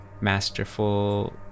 masterful